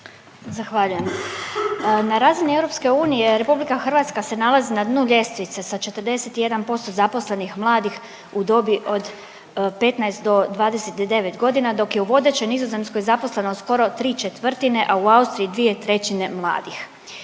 Zahvaljujem. Na razini EU Republika Hrvatska se nalazi na dnu ljestvice sa 41% zaposlenih mladih u dobi od 15 do 29 godina dok je u vodećoj Nizozemskoj zaposlenost skoro ¾, a u Austriji 2/3 mladih.